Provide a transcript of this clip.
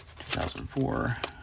2004